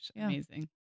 Amazing